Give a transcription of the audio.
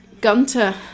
Gunter